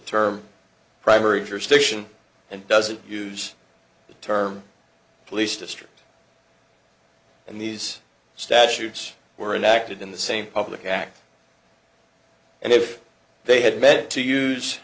term primary jurisdiction and doesn't use the term police district and these statutes were enacted in the same public act and if they had meant to use